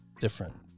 different